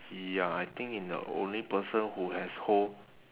ya I think in the only person who has hold